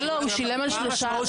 לא, לא, הוא שילם על שלושה.